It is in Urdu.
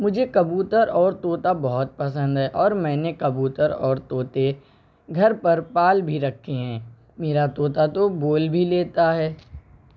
مجھے کبوتر اور طوطا بہت پسند ہے اور میں نے کبوتر اور طوطے گھر پر پال بھی رکھے ہیں میرا طوطا تو بول بھی لیتا ہے